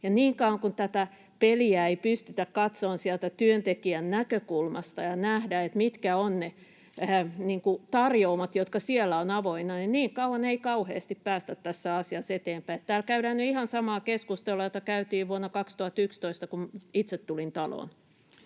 niin kauan kuin tätä peliä ei pystytä katsomaan sieltä työntekijän näkökulmasta ja nähdä, mitkä ovat ne tarjoumat, jotka siellä ovat avoinna, niin kauan ei kauheasti päästä tässä asiassa eteenpäin. Täällä käydään nyt ihan samaa keskustelua, jota käytiin vuonna 2011, kun itse tulin taloon.